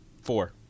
Four